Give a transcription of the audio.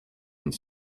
une